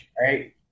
right